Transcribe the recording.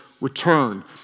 return